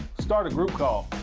start a group call.